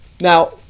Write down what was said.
Now